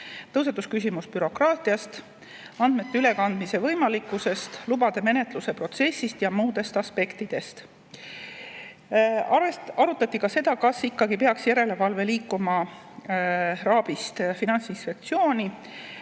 Tõusetus küsimus bürokraatiast, andmete ülekandmise võimalikkusest, lubade menetluse protsessist ja muudest aspektidest. Arutati ka seda, kas ikkagi peaks järelevalve liikuma RAB‑ist Finantsinspektsiooni,